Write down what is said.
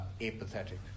apathetic